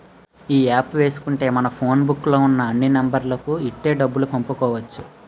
ఈ యాప్ ఏసుకుంటే మనం ఫోన్ బుక్కు లో ఉన్న అన్ని నెంబర్లకు ఇట్టే డబ్బులు పంపుకోవచ్చు